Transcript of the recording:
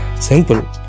simple